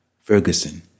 Ferguson